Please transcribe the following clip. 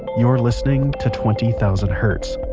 you're listening to twenty thousand hertz.